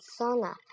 sauna